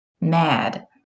Mad